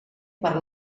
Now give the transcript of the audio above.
per